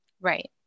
Right